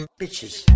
bitches